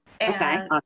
Okay